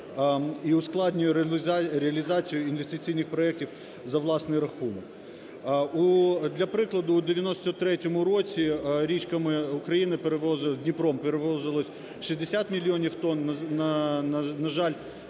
і ускладнює реалізацію інвестиційних проектів за власний рахунок. Для прикладу, у 1993 році річками України перевозились, Дніпром,